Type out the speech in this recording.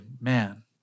man